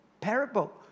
parable